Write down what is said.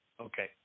okay